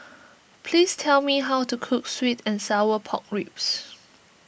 please tell me how to cook Sweet and Sour Pork Ribs